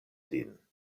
lin